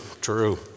true